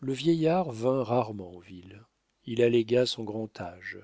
le vieillard vint rarement en ville il allégua son grand âge